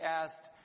asked